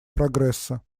прогресса